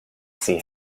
see